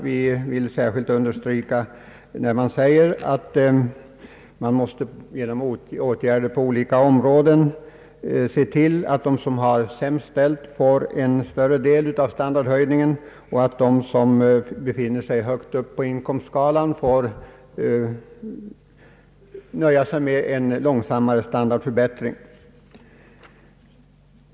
Vi vill särskilt understryka det som anförs om att man genom åtgärder på olika områden måste se till att de som har det sämst ställt får en större del av standardhöjningen och att de som befinner sig högt upp på inkomstskalan får nöja sig med en långsammare standardförbättring.